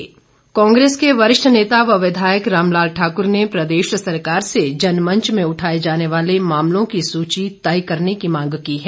रामलाल कांग्रेस के वरिष्ठ नेता व विधायक रामलाल ठाकुर ने प्रदेश सरकार से जनमंच में उठाए जाने वाले मामलों की सची तय करने की मांग की है